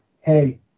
hey